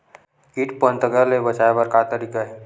कीट पंतगा ले बचाय बर का तरीका हे?